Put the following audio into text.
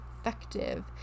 effective